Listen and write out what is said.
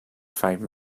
five